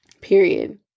Period